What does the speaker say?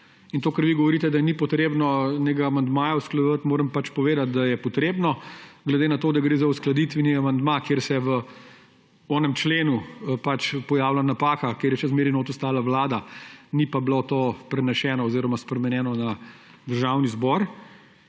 In to, kar vi govorite, da ni potrebno amandmaja usklajevati, moram pač povedati, da je potrebno, glede na to, da gre za uskladitveni amandma, kjer se v onem členu pač pojavlja napaka, kjer je še zmeraj notri ostala Vlada, ni pa bilo to preneseno oziroma spremenjeno na Državni zbor.